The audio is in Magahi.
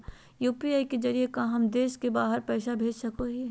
यू.पी.आई के जरिए का हम देश से बाहर पैसा भेज सको हियय?